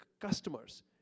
customers